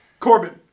Corbin